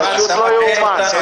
פשוט לא יאומן.